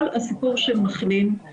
כל הסיפור של מחלים הוא